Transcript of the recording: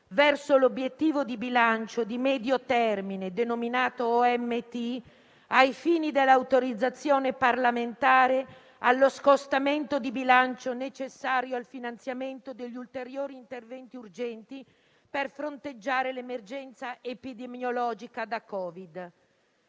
verso l'Obiettivo di bilancio di medio termine, denominato OMT, ai fini dell'autorizzazione parlamentare allo scostamento di bilancio necessario al finanziamento degli ulteriori interventi urgenti per fronteggiare l'emergenza epidemiologica da Covid.